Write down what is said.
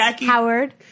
Howard